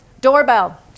doorbell